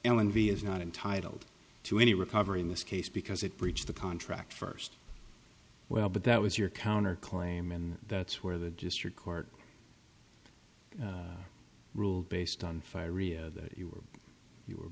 ellen v is not entitled to any recovery in this case because it breached the contract first well but that was your counter claim and that's where the district court rule based on fire rio that you were you were